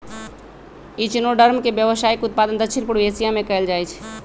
echinoderm के व्यावसायिक उत्पादन दक्षिण पूर्व एशिया में कएल जाइ छइ